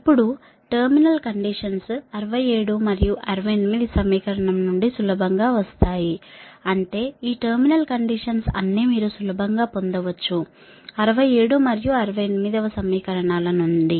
ఇప్పుడు terminal conditions 67 మరియు 68 సమీకరణం నుండి సులభం గా వస్తాయి అంటే ఈ టెర్మినల్ కండీషన్స్ అన్నీ మీరు సులభం గా పొందవచ్చు 67 మరియు 68 సమీకరణాల నుండి